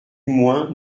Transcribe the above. moins